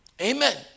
amen